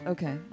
Okay